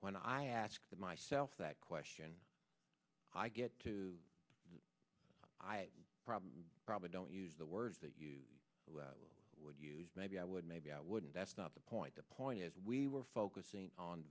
when i ask myself that question i get to the problem probably don't use the words that you would use maybe i would maybe i wouldn't that's not the point the point is we were focusing on